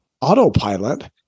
autopilot